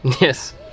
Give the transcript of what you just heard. Yes